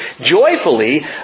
joyfully